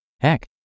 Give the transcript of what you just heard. Heck